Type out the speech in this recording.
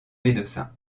médecin